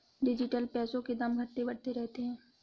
digital पैसों के दाम घटते बढ़ते रहते हैं